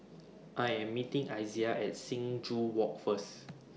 I Am meeting Izaiah At Sing Joo Walk First